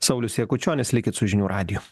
saulius jakučionis likit su žinių radiju